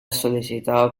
solicitado